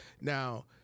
now